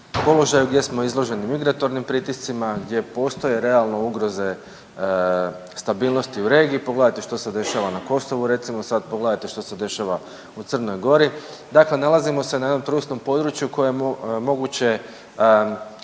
gdje smo izloženi migratornim pritiscima, gdje postoje, realno, ugroze stabilnosti u regiji, pogledajte što se dešava na Kosovu, recimo, sad pogledajte što se dešava u Crnoj Gori, dakle se na jednom trusnom području kojemu moguće